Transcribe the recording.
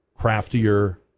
craftier